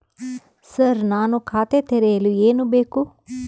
Sir ನಾನು ಖಾತೆ ತೆರೆಯಲು ಏನು ಬೇಕು?